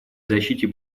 защите